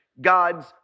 God's